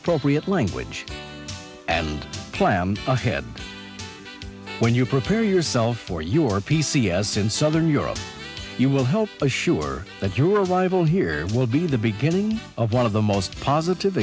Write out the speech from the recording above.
appropriate language and plan ahead when you prepare yourself for your p c s in southern europe you will help assure that your libel here will be the beginning of one of the most positive